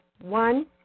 One